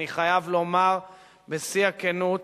אני חייב לומר בשיא הכנות